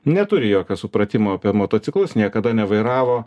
neturi jokio supratimo apie motociklus niekada nevairavo